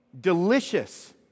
Delicious